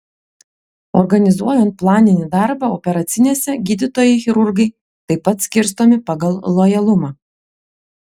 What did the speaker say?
organizuojant planinį darbą operacinėse gydytojai chirurgai taip pat skirstomi pagal lojalumą